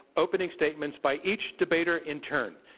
opening statements by each debater in turn.